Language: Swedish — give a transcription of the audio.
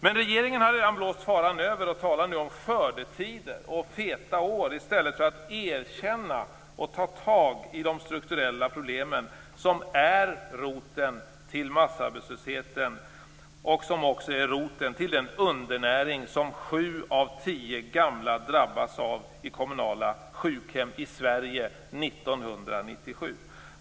Men regeringen har redan blåst faran över och talar nu om skördetider och feta år i stället för att erkänna och ta tag i de strukturella problemen som är roten till massarbetslösheten och som också är roten till den undernäring som sju av tio gamla drabbas av på kommunala sjukhem i Sverige 1997.